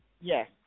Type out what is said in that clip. Yes